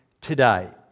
today